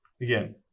again